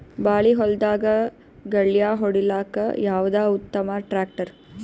ಬಾಳಿ ಹೊಲದಾಗ ಗಳ್ಯಾ ಹೊಡಿಲಾಕ್ಕ ಯಾವದ ಉತ್ತಮ ಟ್ಯಾಕ್ಟರ್?